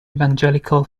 evangelical